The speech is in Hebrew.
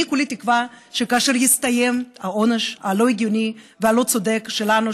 אני כולי תקווה שכאשר יסתיים העונש הלא-הגיוני והלא-צודק שלנו,